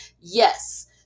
Yes